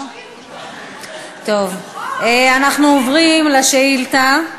אנחנו עוברים לשאילתות.